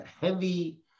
heavy